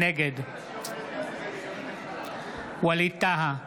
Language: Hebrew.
נגד ווליד טאהא,